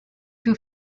two